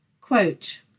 Quote